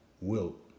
Wilt